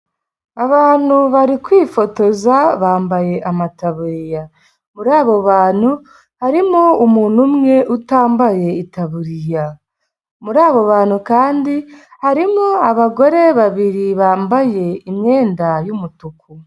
Abantu bari kwifotoza bambaye amataburiya, muri abo bantu harimo umuntu umwe utambaye itaburiya, muri abo bantu kandi harimo abagore babiri bambaye imyenda y'umutuku.